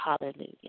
Hallelujah